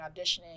auditioning